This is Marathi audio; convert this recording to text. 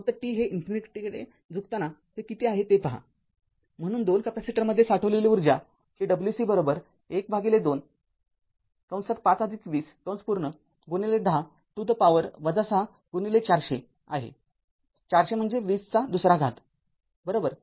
फक्त t हे इन्फिनिटीकडे झुकताना ते किती आहे ते पहा म्हणून २ कॅपेसिटरमध्ये साठविलेली ऊर्जा ही wc १२ ५२०१० to the power ६ ४०० आहे४०० म्हणजे २०२ आहे बरोबर